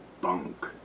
bunk